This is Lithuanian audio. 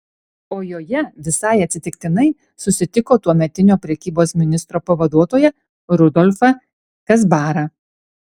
o joje visai atsitiktinai susitiko tuometinio prekybos ministro pavaduotoją rudolfą kazbarą